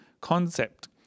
concept